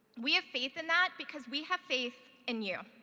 we have faith in that because we have faith in you.